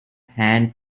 hand